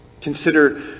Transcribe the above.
Consider